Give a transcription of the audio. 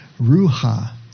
ruha